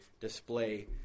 display